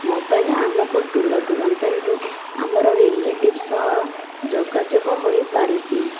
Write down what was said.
mobile ଆମକୁ ଦୂରଦୂରାନ୍ତରରୁ ଆମର ରିଲେଟିଭ୍ ସହ ଯୋଗାଯୋଗ ହୋଇପାରୁଛି